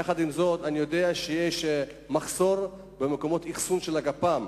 עם זאת, אני יודע שיש מחסור במקומות אחסון לגפ"מ,